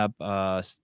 up